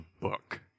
book